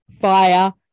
Fire